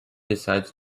decides